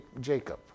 Jacob